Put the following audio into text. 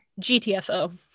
GTFO